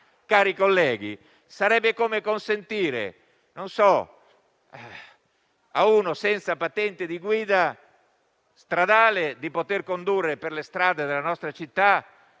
questo genere. Sarebbe come consentire a una persona senza patente di guida stradale di poter condurre per le strade della nostra città